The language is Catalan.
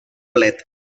plet